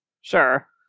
Sure